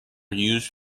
used